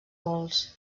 vols